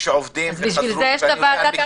שעובדים וחזרו --- בשביל זה יש את ועדת החריגים.